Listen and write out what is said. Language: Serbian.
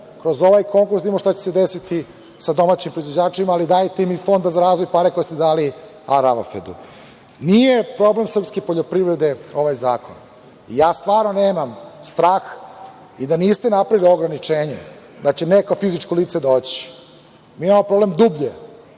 kroz ovaj kompenz, da vidimo šta će se desiti sa domaćim proizvođačima, ali dajte im iz Fonda za razvoj pare koje ste dali „Al Ravafedu“.Nije problem srpske poljoprivrede ovaj zakon. Stvarno nemam strah i da niste napravili ovo ograničenje da će neko fizičko lice doći, mi imamo problem dublje